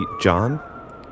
John